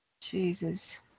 Jesus